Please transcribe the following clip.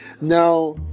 Now